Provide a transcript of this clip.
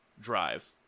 drive